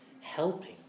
helping